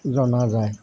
জনা যায়